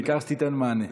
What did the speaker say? העיקר שתיתן מענה.